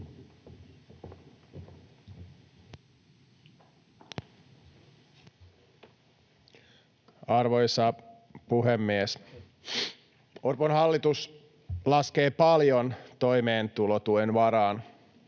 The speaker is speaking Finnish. Arvoisa puhemies! Orpon hallitus laskee paljon toimeentulotuen varaan,